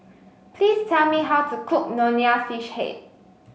please tell me how to cook Nonya Fish Head